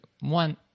One